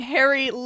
Harry